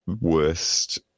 worst